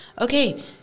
okay